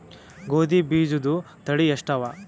ಗೋಧಿ ಬೀಜುದ ತಳಿ ಎಷ್ಟವ?